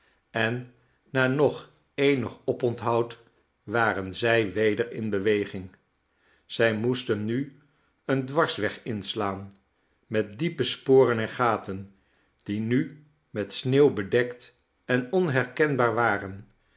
en na nog eenig oponthoud waren zij weder in beweging zij moesten nu een dwarsweg inslaan met diepe sporen en gaten die nu met sneeuw bedekt en onherkenbaar waren